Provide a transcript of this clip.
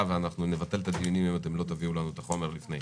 ואנחנו נבטל את הדיונים אם לא תביאו לנו את החומר לפני.